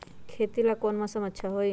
खेती ला कौन मौसम अच्छा होई?